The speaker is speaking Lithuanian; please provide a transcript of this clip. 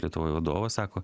lietuvoj vadovas sako